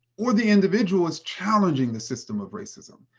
or the individual is challenging the system of racism.